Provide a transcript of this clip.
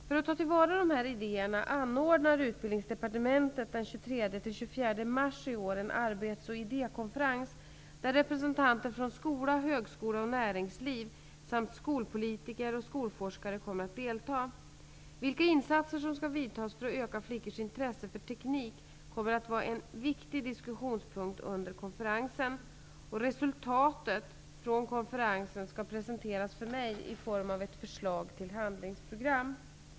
För att ta till vara dessa idéer anordnar Utbildningsdepartementet den 23--24 mars i år en arbets och idékonferens där representanter från skola, högskola och näringsliv samt skolpolitiker och skolforskare kommer att delta. En viktig diskussionspunkt under konferensen kommer att vara vilka insatser som skall vidtas för att öka flickors intresse för teknik. Resultatet från konferensen skall presenteras för mig i form av ett förslag till handlingsprogram.